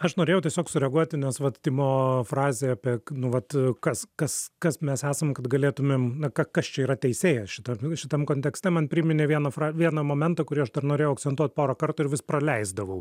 aš norėjau tiesiog sureaguoti nes vat timo frazė apie nu vat kas kas kas mes esam kad galėtumėm na kas čia yra teisėjas šita šitam kontekste man priminė vieną fra vieną momentą kurį aš dar norėjau akcentuot porą kartų ir vis praleisdavau